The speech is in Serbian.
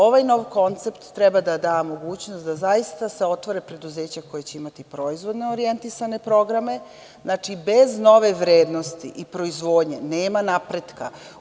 Ovaj nov koncept treba da da mogućnost da zaista se otvore preduzeća koja će imati proizvodno orijentisane programe, znači, bez nove vrednosti i proizvodnje nema napretka.